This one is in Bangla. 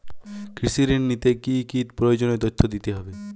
কৃষি ঋণ নিতে কি কি প্রয়োজনীয় তথ্য দিতে হবে?